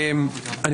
אני